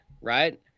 right